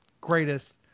greatest